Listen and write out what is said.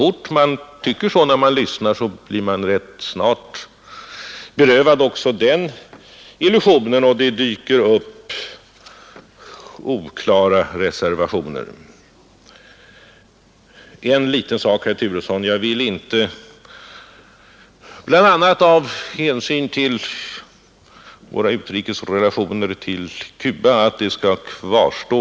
Om man tycker så när man lyssnar, blir man emellertid rätt snart berövad också den illusionen, och det dyker upp oklara reservationer. Bl. a. av hänsyn till vårt lands relationer till Cuba vill jag inte att herr Turessons tolkning av vad jag sagt skall kvarstå.